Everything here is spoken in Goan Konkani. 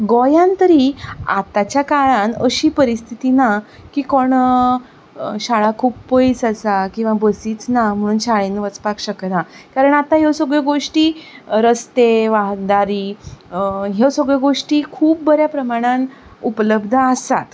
गोंयांत तरी आतांच्या काळांत अशी परिस्थिती ना की कोण शाळा खूब पयस आसा किंवां बसीच ना म्हूण शाळेंत वचपाक शकना कारण आतां ह्यो सगळ्यो गोष्टी रस्ते वाहतदारी ह्यो सगळ्यो गोष्टी खूब बऱ्या प्रमाणान उपलब्ध आसात